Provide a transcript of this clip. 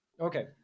Okay